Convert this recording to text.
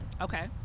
Okay